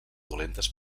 dolentes